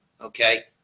okay